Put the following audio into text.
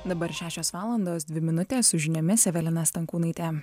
dabar šešios valandos dvi minutės su žiniomis evelina stankūnaitė